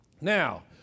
Now